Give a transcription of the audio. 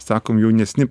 sakom jaunesni